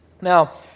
Now